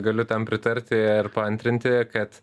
galiu tam pritarti ir paantrinti kad